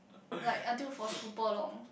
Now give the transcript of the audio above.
like until for super long